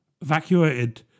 evacuated